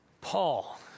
Paul